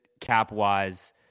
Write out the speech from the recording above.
cap-wise